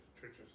churches